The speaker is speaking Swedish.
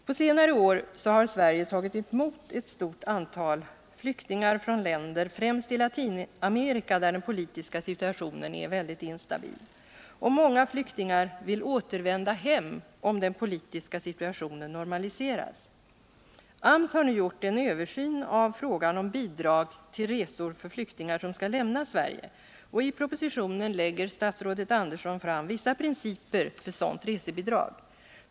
På senare år har Sverige tagit emot ett stort antal flyktingar från länder, främst i Latinamerika, där den politiska situationen är väldigt instabil. Och många flyktingar vill återvända hem om den politiska situationen normaliseras. AMS har gjort en översyn av frågorna om bidrag till resor för flyktingar som skall lämna Sverige, och i propositionen lägger statsrådet Andersson fram vissa principer för sådant resebidrag.